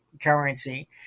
currency